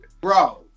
bro